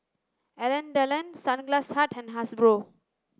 Alain Delon Sunglass Hut and Hasbro